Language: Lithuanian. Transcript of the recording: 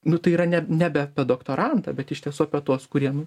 nu tai yra ne nebe apie doktorantą bet iš tiesų apie tuos kurie